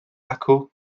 acw